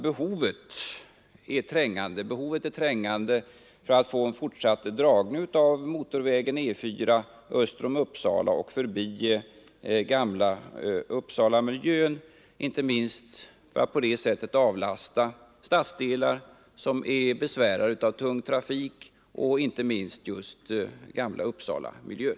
Behovet är trängande när det gäller att få en fortsatt dragning av motorvägen E 4 öster om Uppsala förbi Gamla Uppsala för att på det sättet avlasta stadsdelar som är besvärade av tung trafik — och inte minst just Gamla Uppsala-miljön.